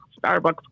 Starbucks